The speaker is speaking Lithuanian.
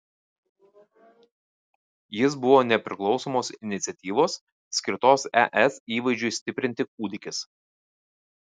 jis buvo nepriklausomos iniciatyvos skirtos es įvaizdžiui stiprinti kūdikis